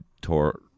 tore